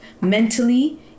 mentally